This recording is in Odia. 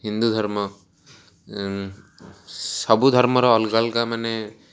ହିନ୍ଦୁ ଧର୍ମ ସବୁ ଧର୍ମର ଅଲଗା ଅଲଗା ମାନେ